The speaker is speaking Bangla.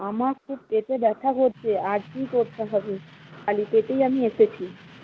আমার খুব পেটে ব্যথা করছে আর কী করতে হবে খালি পেটেই আমি এসেছি